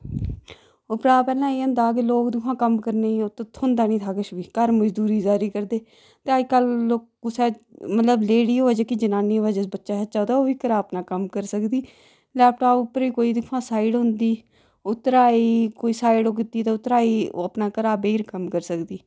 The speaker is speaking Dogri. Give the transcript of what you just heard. ओह् भ्राऽ पैह्ले इ'यां होंदा हा के लोक दिक्खो हां कम्म करने गी थ्होंदा निं हा किश बी घर मजदूरी दारी करदे ते अजकल लोक कुसै मतलब लेडी होऐ जेह्की जनानी होऐ जिस बच्चा शच्चा होऐ ते ओह् बी अपने घरा कम्म करी सकदी लैपटाप पर कोई दिक्खो हां साईड होंदी उदरां ई कोई साइड कीती तां उदरां ई ओह् अपना घर बेही अपना कम्म करी सकदी